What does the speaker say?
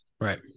Right